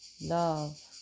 love